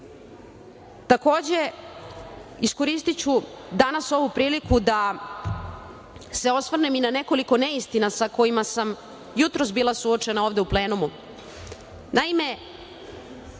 drugo. Takođe, iskoristiću danas ovu priliku da se osvrnem na nekoliko neistina sa kojima sam jutros bila suočena ovde u plenumu. Naime,